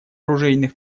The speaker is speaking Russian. оружейных